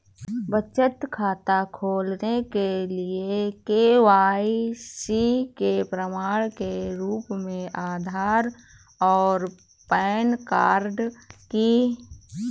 बचत खाता खोलने के लिए के.वाई.सी के प्रमाण के रूप में आधार और पैन कार्ड की आवश्यकता होती है